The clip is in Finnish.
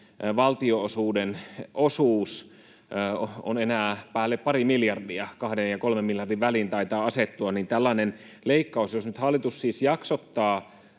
valtionosuuden osuus on enää päälle pari miljardia — kahden ja kolmen miljardin väliin taitaa asettua — tällainen leikkaus... Jos nyt hallitus siis jaksottaa